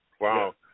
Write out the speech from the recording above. Wow